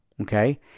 Okay